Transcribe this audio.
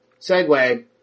segue